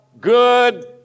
good